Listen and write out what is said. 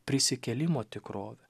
prisikėlimo tikrovę